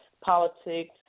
politics